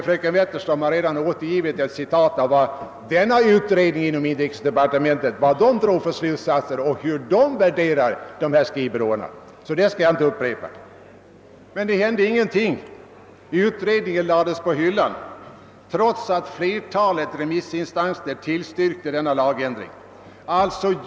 Fröken Wetterström har redan genom citat återgivit något av vad denna utredning inom =<:inrikesdepartementet drog för slutsatser och hur den värderade dessa skrivbyråer. Jag skall därför avstå från att upprepa detta. Det hände emellertid ingenting; utredningen lades på hyllan trots att en lagändring tillstyrktes av flertalet remissinstanser.